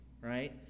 right